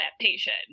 adaptation